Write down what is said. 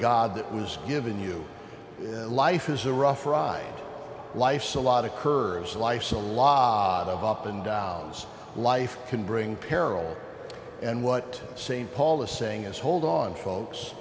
god that was given you life is a rough ride life's a lot of curves life's a lot of up and dogs life can bring peril and what saint paul is saying is hold on folks